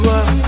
up